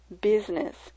business